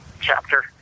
chapter